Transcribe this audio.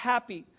Happy